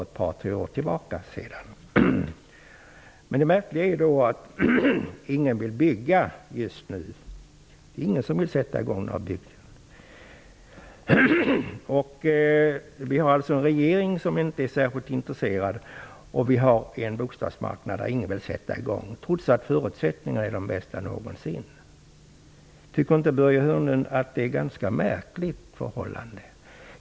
Detta tillgodogör sig Börje Men det märkliga är att ingen vill bygga just nu. Det finns ingen som vill sätta i gång några byggen. Vi har en regering som inte är särskilt intresserad, och vi har en bostadsmarknad där ingen vill sätta i gång trots att förutsättningarna är de bästa någonsin. Tycker inte Börje Hörnlund att det är ett ganska märkligt förhållande?